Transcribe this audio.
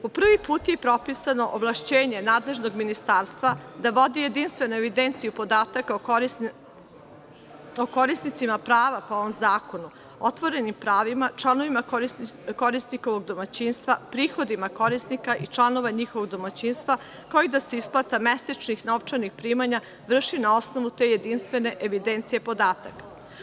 Po prvi put je propisano ovlašćenje nadležnog ministarstva da vodi jedinstvenu evidenciju podataka o korisnicima prava po ovom zakonu, otvorenim pravima, članovima korisnikovog domaćinstva, prihodima korisnika i članova njihovog domaćinstva, kao i da se isplata mesečnih novčanih primanja vrši na osnovu te jedinstvene evidencije podataka.